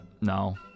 No